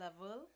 level